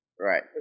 Right